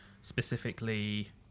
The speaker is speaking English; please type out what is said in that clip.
specifically